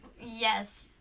Yes